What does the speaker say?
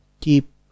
keep